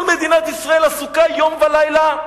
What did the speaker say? כל מדינת ישראל עסוקה יום ולילה,